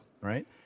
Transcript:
right